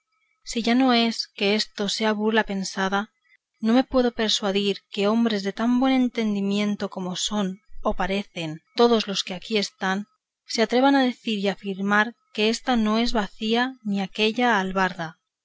si ya no es que esto sea burla pesada no me puedo persuadir que hombres de tan buen entendimiento como son o parecen todos los que aquí están se atrevan a decir y afirmar que ésta no es bacía ni aquélla albarda